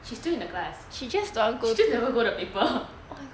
she's still in the class she just never go to the paper